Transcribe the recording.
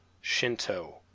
Shinto